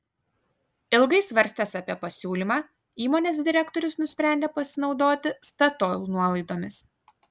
ilgai svarstęs apie pasiūlymą įmonės direktorius nusprendė pasinaudoti statoil nuolaidomis